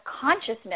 consciousness